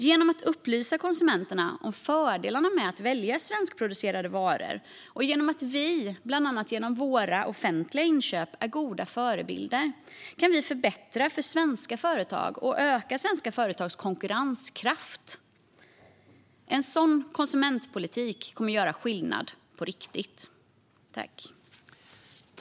Genom att upplysa konsumenterna om fördelarna med att välja svenskproducerade varor och genom att vi är goda förebilder, bland annat genom våra offentliga inköp, kan vi förbättra för svenska företag och öka svenska företags konkurrenskraft. En sådan konsumentpolitik kommer att göra skillnad på riktigt.